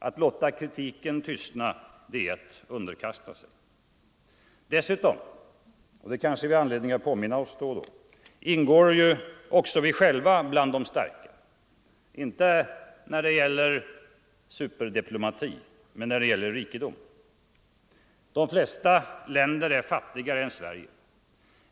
Att låta kritiken tystna är att underkasta sig. Dessutom -— och det kanske vi har anledning att påminna oss då och då — ingår också vi själva bland de starka, inte när det gäller superdiplomati, men när det gäller rikedom. De flesta länder är fattigare än Sverige.